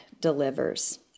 delivers